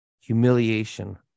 Humiliation